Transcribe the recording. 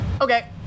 Okay